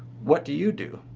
what do you do?